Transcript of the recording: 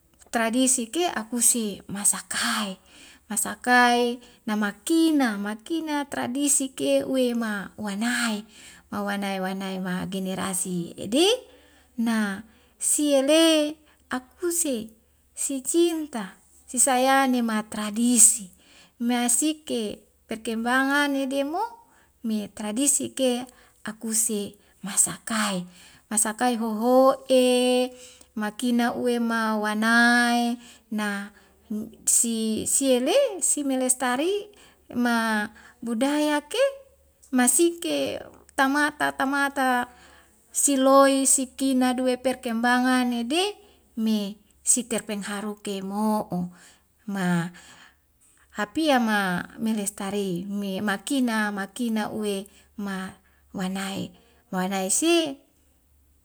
Tradisi ke akuse masakae masakai namakina makina tradisi ke wema wanai mawanai wanai ma generasi ede na sie le akuse sicinta si sayane ma tradisi mea asike perkembangan ne demo me tradisi ke akuse masakae. masakae hoho'e makina uwema wanai na u' si sie le si melestari ma budaya ke masike tamata tamata siloi sikina duwe perkembangan ne de me si terpengharuke mo'o ma hapia ma melestari me makina makina uwe ma wanai wanai si